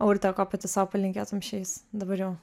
o urte ko pati sau palinkėtum šiais dabar jau